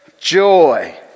joy